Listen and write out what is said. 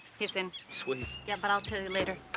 he's in. sweet. yeah, but i'll tell you later.